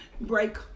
break